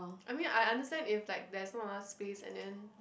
I mean I understand if like there's not enough space and then